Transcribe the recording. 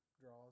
draws